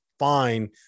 fine